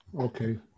Okay